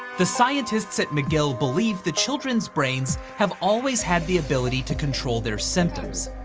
the scientists at mcgill believe the children's brains have always had the ability to control their symptoms.